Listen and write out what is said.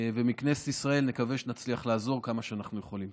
ומכנסת ישראל נקווה שנצליח לעזור כמה שאנחנו יכולים.